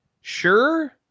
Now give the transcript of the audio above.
sure